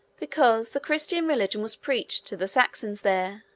because the christian religion was preached to the saxons there